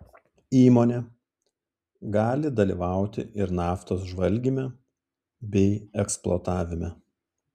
įmonė gali dalyvauti ir naftos žvalgyme bei eksploatavime